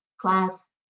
class